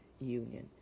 Union